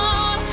on